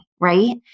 right